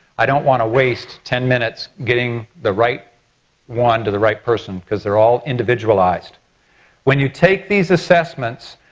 i don't want to waste ten minutes getting the right one to the right person because they are all individualized when you take these assessments,